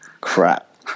crap